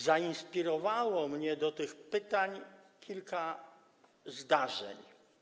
Zainspirowało mnie do tych pytań kilka zdarzeń.